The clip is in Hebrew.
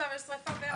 יש שריפה ביער.